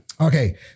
Okay